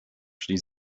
szli